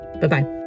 Bye-bye